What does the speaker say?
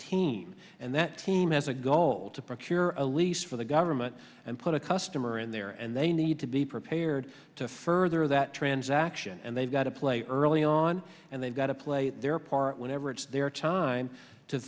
team and that seem as a goal to procure a lease for the government and put a customer in there and they need to be prepared to further that transaction and they've got a player early on and they've got to play their part whenever it's their time to